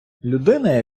людина